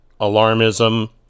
alarmism